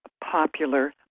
popular